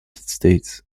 states